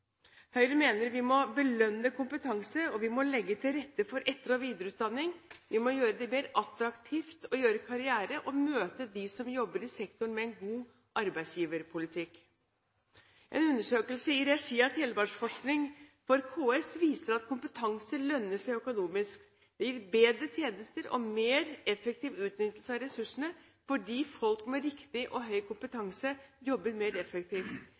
Høyre mener vi må belønne kompetanse, og vi må legge til rette for etter- og videreutdanning. Vi må gjøre det mer attraktivt å gjøre karriere, og møte dem som jobber i sektoren med en god arbeidsgiverpolitikk. En undersøkelse i regi av Telemarksforskning for KS viser at kompetanse lønner seg økonomisk, det gir bedre tjenester og mer effektiv utnyttelse av ressursene, fordi folk med riktig og høy kompetanse jobber mer effektivt.